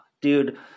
dude